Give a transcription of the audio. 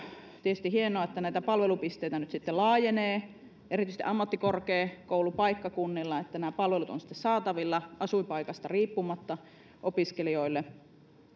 tietysti hienoa on että näitä palvelupisteitä nyt sitten laajenee erityisesti ammattikorkeakoulupaikkakunnille että nämä palvelut ovat sitten saatavilla asuinpaikasta riippumatta opiskelijoille